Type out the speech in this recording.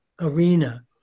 arena